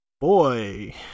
boy